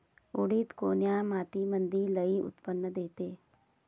उडीद कोन्या मातीमंदी लई उत्पन्न देते?